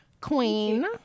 Queen